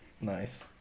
Nice